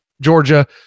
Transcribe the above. Georgia